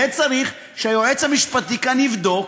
צריך שהיועץ המשפטי כאן יבדוק.